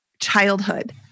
childhood